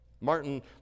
Martin